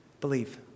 believe